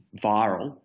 viral